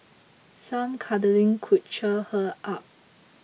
some cuddling could cheer her up